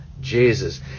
Jesus